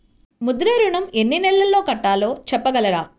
ముద్ర ఋణం ఎన్ని నెలల్లో కట్టలో చెప్పగలరా?